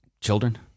Children